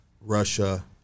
Russia